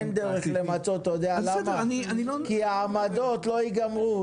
אין דרך למצות כי העמדות לא ישתנו,